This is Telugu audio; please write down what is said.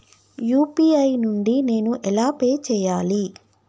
యూ.పీ.ఐ నుండి నేను ఎలా పే చెయ్యాలి?